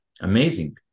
Amazing